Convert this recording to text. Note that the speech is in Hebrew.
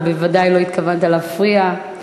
ובוודאי לא התכוונת להפריע.